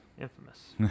Infamous